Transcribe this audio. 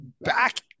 back